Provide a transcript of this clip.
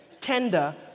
tender